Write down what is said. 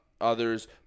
others